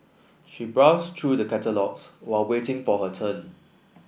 she browsed through the catalogues while waiting for her turn